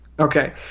Okay